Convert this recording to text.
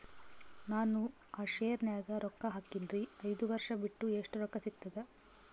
ನಾನು ಆ ಶೇರ ನ್ಯಾಗ ರೊಕ್ಕ ಹಾಕಿನ್ರಿ, ಐದ ವರ್ಷ ಬಿಟ್ಟು ಎಷ್ಟ ರೊಕ್ಕ ಸಿಗ್ತದ?